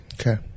okay